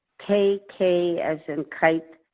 kk as in kite.